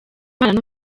imana